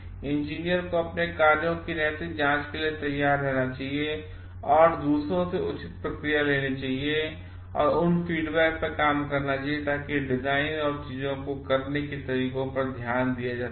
engineer को अपने कार्यों को नैतिक जांच के लिए तैयार करना चाहिए और दूसरों से उचित प्रतिक्रिया लेनी चाहिए और उन फीडबैक पर काम करना चाहिए ताकि डिजाइन औरचीजोंको करने के तरीकों पर ध्यान दिया जा सके